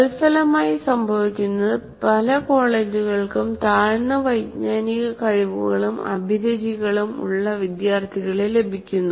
തൽഫലമായി സംഭവിക്കുന്നത് പല കോളേജുകൾക്കും താഴ്ന്ന വൈജ്ഞാനിക കഴിവുകളും അഭിരുചികളും ഉള്ള വിദ്യാർത്ഥികളെ ലഭിക്കുന്നു